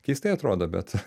keistai atrodo bet